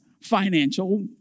financial